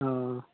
हँ